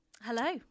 Hello